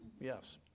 Yes